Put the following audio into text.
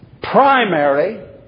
primary